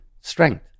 Strength